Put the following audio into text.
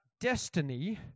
destiny